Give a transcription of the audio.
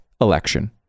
election